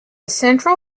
central